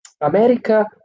America